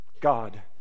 God